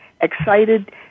excited